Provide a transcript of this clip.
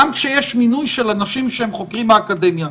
גם כשיש מינוי של אנשים שהם חוקרים מהאקדמיה.